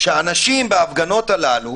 אנשים בהפגנות הללו